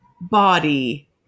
body